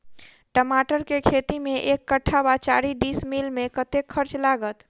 टमाटर केँ खेती मे एक कट्ठा वा चारि डीसमील मे कतेक खर्च लागत?